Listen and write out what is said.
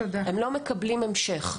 הם לא מקבלים המשך.